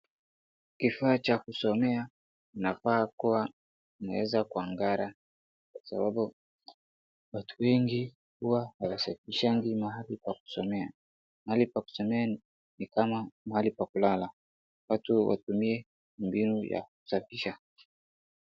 Kifaa cha kusomea kinafaa kuwa kinaweza kung`ara kwasababu watu wengi huwa hawasafishangi mahali pa kusomea. Mahali pa kusomea nikama mahali pa kulala. Watu watumie mbinu za kusafisha.